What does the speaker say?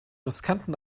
riskanten